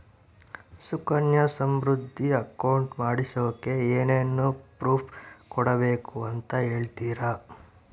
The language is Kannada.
ಸುಕನ್ಯಾ ಸಮೃದ್ಧಿ ಅಕೌಂಟ್ ಮಾಡಿಸೋಕೆ ಏನೇನು ಪ್ರೂಫ್ ಕೊಡಬೇಕು ಅಂತ ಹೇಳ್ತೇರಾ?